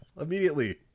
immediately